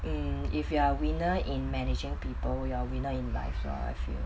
mm if you are winner in managing people you are winner in life lor I feel